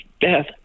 death